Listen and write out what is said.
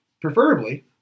Preferably